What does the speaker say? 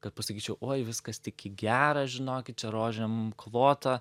kad pasakyčiau oi viskas tik į gerą žinokit čia rožėm klota